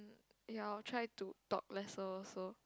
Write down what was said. ya I will try to talk less lor also